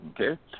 okay